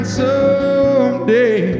someday